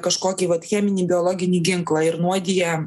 kažkokį vat cheminį biologinį ginklą ir nuodija